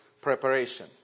preparation